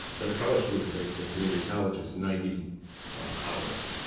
that a college student takes in community college is ninety hours.